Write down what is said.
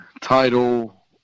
title